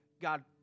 God